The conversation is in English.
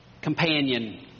companion